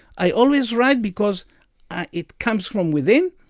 i always write because it comes from within,